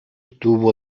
tuvo